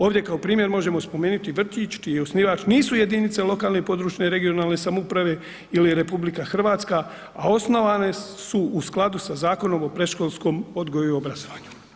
Ovdje kao primjer možemo spomenuti vrtić čiji osnivač nisu jedinice lokalne i područne (regionalne) samouprave ili RH, a osnovane su u skladu sa Zakonom o predškolskom odgoju i obrazovanju.